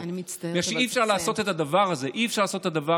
בגלל שאי-אפשר לעשות את הדבר הזה אם